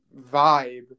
vibe